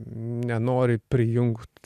nenori prijungt